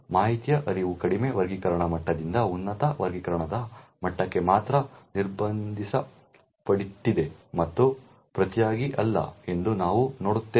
ಮಾಹಿತಿಯ ಹರಿವು ಕಡಿಮೆ ವರ್ಗೀಕರಣ ಮಟ್ಟದಿಂದ ಉನ್ನತ ವರ್ಗೀಕರಣದ ಮಟ್ಟಕ್ಕೆ ಮಾತ್ರ ನಿರ್ಬಂಧಿಸಲ್ಪಟ್ಟಿದೆ ಮತ್ತು ಪ್ರತಿಯಾಗಿ ಅಲ್ಲ ಎಂದು ನಾವು ನೋಡುತ್ತೇವೆ